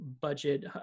budget